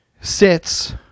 sits